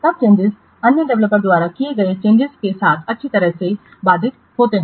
तब चेंजिंस अन्य डेवलपर्स द्वारा किए गए चेंजिंसों के साथ अच्छी तरह से बाधित होते हैं